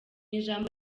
ijambo